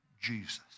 Jesus